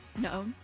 No